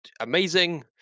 amazing